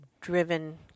driven